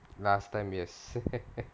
last time yes